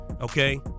okay